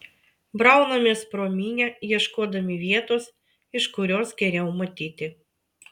braunamės pro minią ieškodami vietos iš kurios geriau matyti